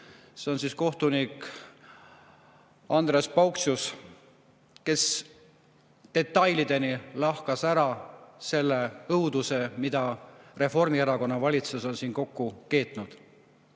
See on kohtunik Andreas Paukštys, kes detailideni lahkas ära selle õuduse, mida Reformierakonna valitsus on siin kokku keetnud.